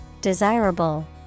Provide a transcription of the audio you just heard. desirable